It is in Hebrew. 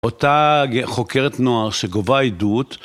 אותה חוקרת נוער שגובה עדות